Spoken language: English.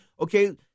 Okay